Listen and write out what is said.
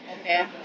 Okay